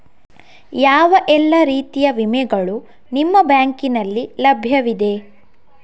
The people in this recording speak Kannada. ಯಾವ ಎಲ್ಲ ರೀತಿಯ ವಿಮೆಗಳು ನಿಮ್ಮ ಬ್ಯಾಂಕಿನಲ್ಲಿ ಲಭ್ಯವಿದೆ?